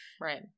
Right